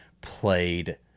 played